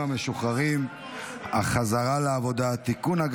המשוחררים (החזרה לעבודה) (תיקון,